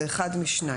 זה אחד משניים: